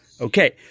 Okay